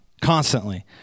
constantly